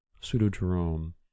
Pseudo-Jerome